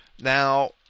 Now